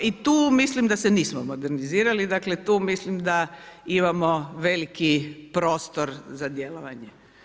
I tu mislim da se nismo modernizirali, tu mislim da imamo veliki prostor za djelovanje.